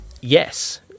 yes